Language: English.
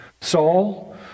Saul